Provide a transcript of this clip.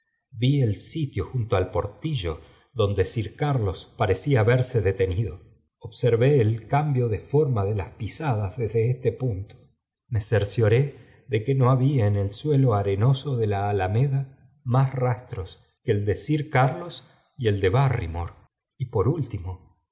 vi el sitio junto al portillo donde sir carlos parecía haberse detenido observé el oambio de forma de las pisadas desde este punuo me cercioré de que no había en el suelo arenoso de la alameda más rastros que el de sir carlos y el de barrymore y por último